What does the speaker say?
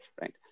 right